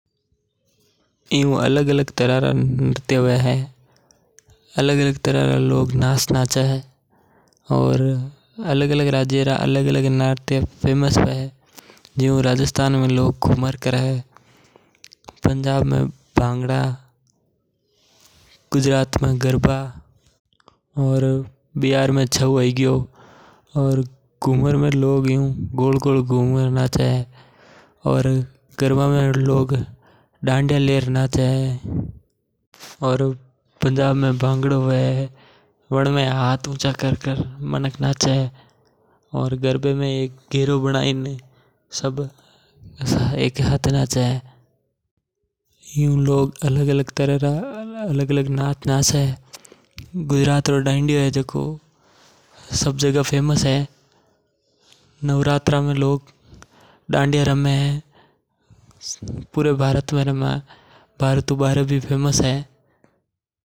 एयू तो अलग-अलग तरह रा नृत्य हवे जैसे घूमर है गियो गरबा है गियो भांगड़ा है गिया छऊ नृत्य है गियो। राजस्थान में घूमर फेमस ह वणी तरह पंजाब में भांगड़ा और गुजरात में गरबा। गुजरात रो गरबा तो पूरी दुनिया में फेमस ह सबी मणका ने नवरात्रि में गरबा करवा रो शौक ह। शादी वियाव में लगइया घूमर भी करे और मनक भांगड़ा भी करे।